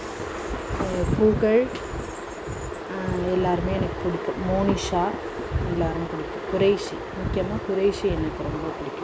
புகழ் எல்லாருமே எனக்கு பிடிக்கும் மோனிஷா எல்லாருமே பிடிக்கும் குறைஷி முக்கியமாக குறைஷி எனக்கு ரொம்ப பிடிக்கும்